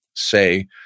say